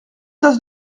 tasse